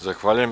Zahvaljujem.